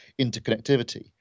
interconnectivity